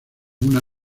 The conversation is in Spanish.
una